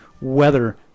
weather